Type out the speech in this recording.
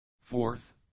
Fourth